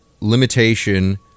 limitation